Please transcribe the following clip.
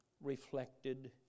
reflected